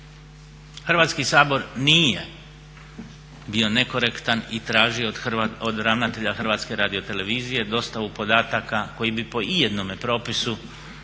Hrvatski sabor nije bio nekorektan i tražio od ravnatelja HRT-a dostavu podataka koji bi po i jednome propisu bili